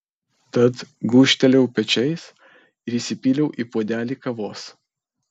tad gūžtelėjau pečiais ir įsipyliau į puodelį kavos